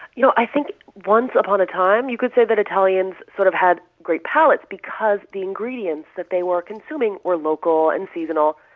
you know i think once upon a time you could say that italians sort of had great palates because the ingredients that they were consuming were local and seasonal.